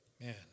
man